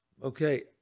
Okay